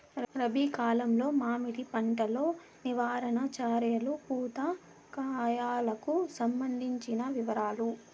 రబి కాలంలో మామిడి పంట లో నివారణ చర్యలు పూత కాయలకు సంబంధించిన వివరాలు?